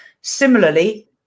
Similarly